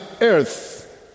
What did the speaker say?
earth